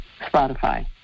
Spotify